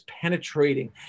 penetrating